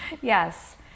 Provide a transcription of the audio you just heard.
Yes